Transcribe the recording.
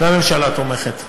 והממשלה תומכת.